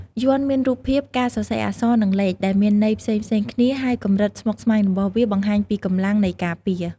យ័ន្តមានរូបភាព ការសរសេរអក្សរ និងលេខ ដែលមានន័យផ្សេងៗគ្នា ហើយកម្រិតស្មុគស្មាញរបស់វាបង្ហាញពីកម្លាំងនៃការពារ។